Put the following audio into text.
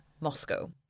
Moscow